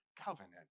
covenant